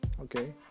okay